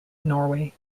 norway